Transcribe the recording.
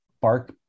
bark